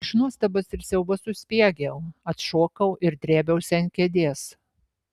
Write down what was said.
iš nuostabos ir siaubo suspiegiau atšokau ir drėbiausi ant kėdės